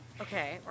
Okay